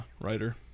writer